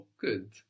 Good